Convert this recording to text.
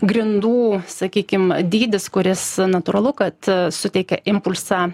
grindų sakykim dydis kuris natūralu kad suteikia impulsą